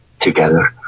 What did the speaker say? together